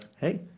Hey